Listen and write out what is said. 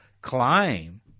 claim